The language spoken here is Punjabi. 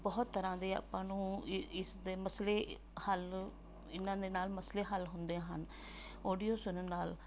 ਬਹੁਤ ਤਰ੍ਹਾਂ ਦੇ ਆਪਾਂ ਨੂੰ ਇ ਇਸ ਦੇ ਮਸਲੇ ਹੱਲ ਇਹਨਾਂ ਦੇ ਨਾਲ ਮਸਲੇ ਹੱਲ ਹੁੰਦੇ ਹਨ ਔਡੀਓ ਸੁਣਨ ਨਾਲ